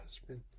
husband